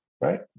right